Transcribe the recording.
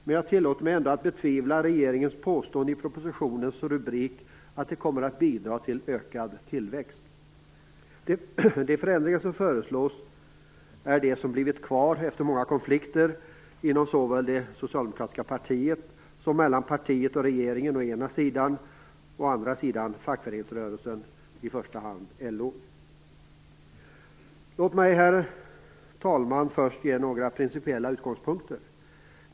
Men jag tillåter mig ändå att betvivla regeringens påstående i propositionens rubrik, att det kommer att bidra till ökad tillväxt. De förändringar som föreslås är de som har blivit kvar efter många konflikter inom såväl det socialdemokratiska partiet som mellan partiet och regeringen å ena sidan och å andra sidan mellan partiet och fackföreningsrörelsen, främst LO. Låt mig först, herr talman, ange några speciella utgångspunkter.